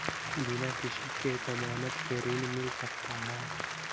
बिना किसी के ज़मानत के ऋण मिल सकता है?